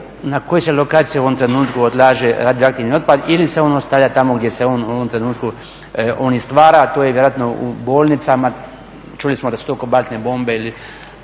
na koje se lokacije u ovom trenutku odlaže radioaktivni otpad ili se on ostavlja tamo gdje se on u ovom trenutku on i stvara, a to je vjerojatno u bolnicama. Čuli smo da su to kobaltne bombe